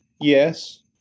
yes